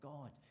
God